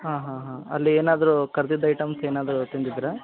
ಹಾಂ ಹಾಂ ಹಾಂ ಅಲ್ಲಿ ಏನಾದರೂ ಕರ್ದಿದ್ದು ಐಟಮ್ಸ್ ಏನಾದರೂ ತಿಂದಿದ್ದಿರಾ